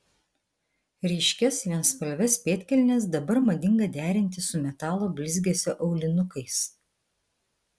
ryškias vienspalves pėdkelnes dabar madinga derinti su metalo blizgesio aulinukais